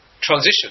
transition